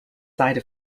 side